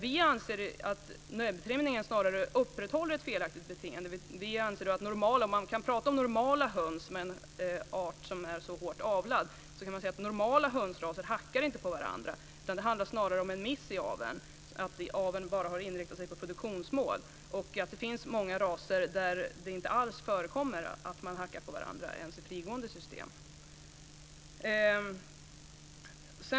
Vi anser att näbbtrimningen snarare upprätthåller ett felaktigt beteende. Man kan säga att normala hönsraser - om man kan tala om normala höns när det handlar om en art som är så hårt avlad - inte hackar på varandra, utan det handlar snarare om en miss i aveln, att aveln bara har inriktats på produktionsmål. Det finns många raser där det inte alls förekommer att hönsen hackar på varandra ens i frigående system.